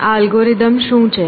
આ અલ્ગોરિધમ શું છે